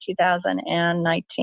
2019